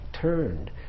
turned